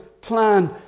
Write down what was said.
plan